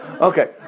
okay